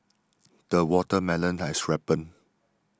the watermelon has ripened